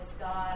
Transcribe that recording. God